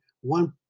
one